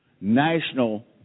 national